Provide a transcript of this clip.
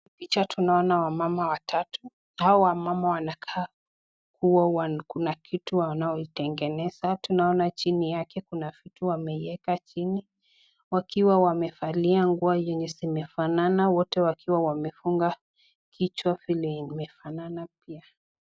Picha tunaona wamama watatu ,hao wamama wanakaa kuwa Kuna kitu wanaoitengeneza, tunaona chini yake Kuna kitu wameiyeka chini wakiwa wamevalia nguo yenye zimefanana wote wakiwa wamefunga kichwa vile imefanana pia.